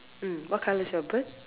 mm what color is your bird